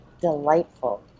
delightful